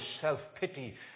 self-pity